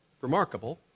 remarkable